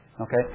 Okay